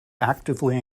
actively